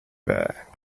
there